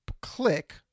click